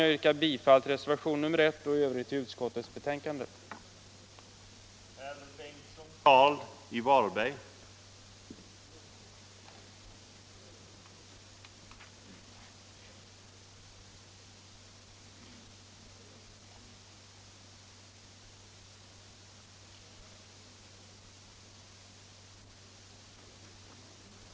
Jag yrkar bifall till reservationen 1 och i övrigt till försvarsutskottets hemställan i betänkandet nr 38.